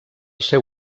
seu